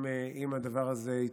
אם הדבר הזה יתאפשר.